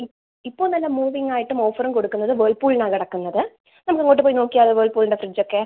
ഇപ്പം നല്ല മൂവിംഗായിട്ടും ഓഫറും കൊടുക്കുന്നത് വേൾപൂളിനാണ് കിടക്കുന്നത് നമുക്ക് അങ്ങോട്ട് പോയി നോക്കിയാലോ വേൾപൂളിൻ്റെ ഫ്രിഡ്ജ് ഒക്കെ